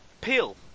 Peel